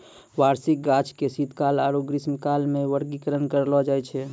वार्षिक गाछ के शीतकाल आरु ग्रीष्मकालीन मे वर्गीकरण करलो जाय छै